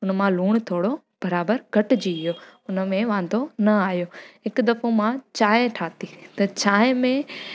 हुन मां लुणु थोरो बराबर घटिजी वियो हुन में वांधो न आहियो हिकु दफ़ो मां चांहि ठाही त चांहि में